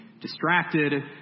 distracted